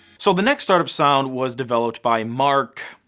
so the next startup sound was developed by mark,